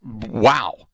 Wow